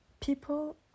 People